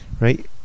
right